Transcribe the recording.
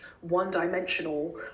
one-dimensional